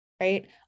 Right